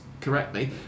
correctly